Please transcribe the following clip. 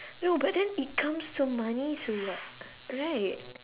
no but then it comes to money to like right